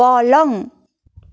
पलङ